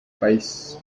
país